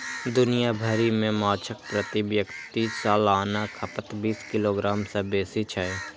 दुनिया भरि मे माछक प्रति व्यक्ति सालाना खपत बीस किलोग्राम सं बेसी छै